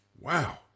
Wow